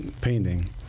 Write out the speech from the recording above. painting